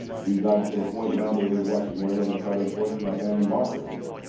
we've gotten to the point now to where we've actually gone ahead and start enforcing our band and bar system.